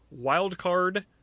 wildcard